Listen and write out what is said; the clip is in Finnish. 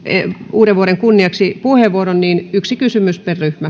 uuden vuoden kunniaksi vielä puheenvuoron että vain yksi kysymys